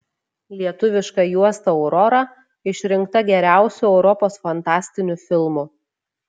lietuviška juosta aurora išrinkta geriausiu europos fantastiniu filmu